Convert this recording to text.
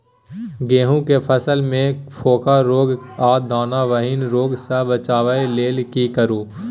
गेहूं के फसल मे फोक रोग आ दाना विहीन रोग सॅ बचबय लेल की करू?